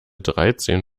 dreizehn